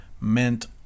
meant